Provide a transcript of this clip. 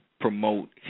promote